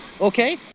okay